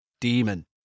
Demon